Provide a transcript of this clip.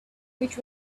which